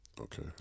Okay